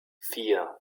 vier